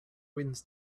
winds